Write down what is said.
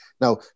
Now